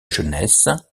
jeunesse